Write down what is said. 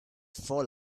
fall